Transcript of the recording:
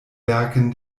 werken